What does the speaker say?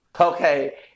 Okay